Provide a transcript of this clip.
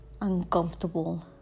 uncomfortable